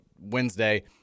Wednesday